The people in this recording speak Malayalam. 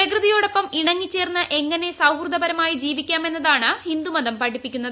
പ്രകൃതിയോടൊപ്പം ഇണങ്ങി ചേർന്ന് എങ്ങനെ സൌഹൃദപരമായി ജീവിക്കാം എന്നതാണ് ഹിന്ദുമതം പഠിപ്പിക്കുന്നത്